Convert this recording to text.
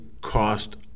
cost